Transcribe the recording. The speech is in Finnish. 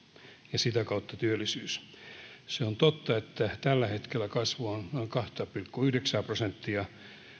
ja sitä kautta työllisyys se on totta että tällä hetkellä kasvu on noin kahta pilkku yhdeksää prosenttia